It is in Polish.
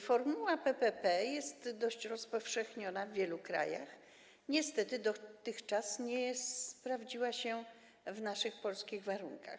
Formuła PPP jest dość rozpowszechniona w wielu krajach, niestety dotychczas nie sprawdziła się w naszych, polskich warunkach.